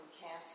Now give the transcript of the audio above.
cancer